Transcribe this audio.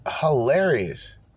hilarious